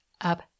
up